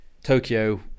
Tokyo